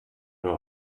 nur